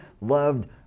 loved